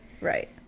right